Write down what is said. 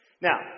Now